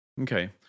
Okay